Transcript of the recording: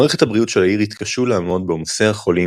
מערכות הבריאות של העיר התקשו לעמוד בעומסי החולים